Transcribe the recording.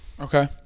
Okay